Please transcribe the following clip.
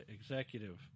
executive